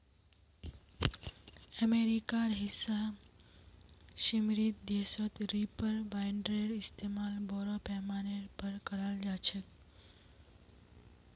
अमेरिकार हिस्सा समृद्ध देशत रीपर बाइंडरेर इस्तमाल बोरो पैमानार पर कराल जा छेक